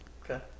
okay